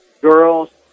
Girls